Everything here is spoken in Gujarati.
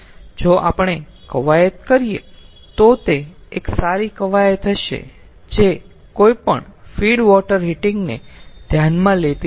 જો આપણે કવાયત કરીએ તો તે એક સારી કવાયત હશે જે કોઈપણ ફીડ વોટર હીટિંગ ને ધ્યાનમાં લેતી નથી